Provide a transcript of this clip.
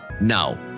Now